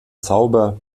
zauber